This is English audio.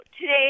Today